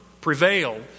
prevail